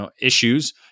issues